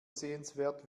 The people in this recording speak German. sehenswert